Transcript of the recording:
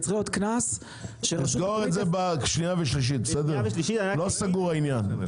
צריך להיות קנס- -- לא סגור העניין.